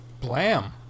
Blam